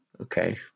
Okay